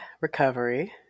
recovery